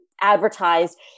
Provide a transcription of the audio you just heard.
advertised